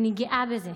אני גאה בזה.